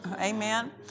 Amen